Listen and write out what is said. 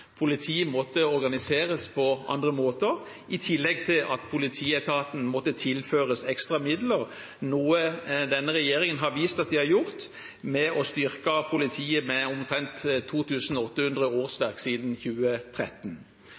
politiet måtte organiseres på andre måter, i tillegg til at politietaten måtte tilføres ekstra midler, noe denne regjeringen har vist at de har gjort ved å styrke politiet med omtrent 2 800 årsverk siden 2013.